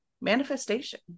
manifestation